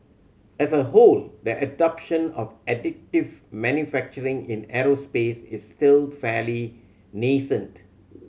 as a whole the adoption of additive manufacturing in aerospace is still fairly nascent